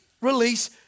release